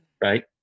Right